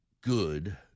good